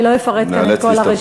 אני לא אפרט כאן את כל הרשימה.